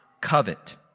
covet